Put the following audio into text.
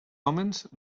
hòmens